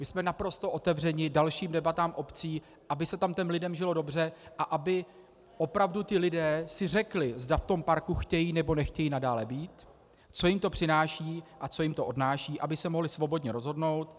Jsme naprosto otevřeni dalším debatám obcí, aby se tam lidem žilo dobře a aby opravdu ti lidé si řekli, zda v tom parku chtějí, nebo nechtějí nadále být, co jim to přináší a co jim to odnáší, aby se mohli svobodně rozhodnout.